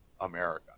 America